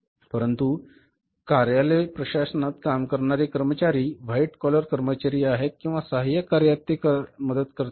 परंतु कार्यालय प्रशासनात काम करणारे कर्मचारी व्हाईट कॉलर कर्मचारी आहेत किंवा सहाय्यक कार्यात ते मदत करतात